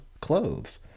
clothes